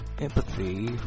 empathy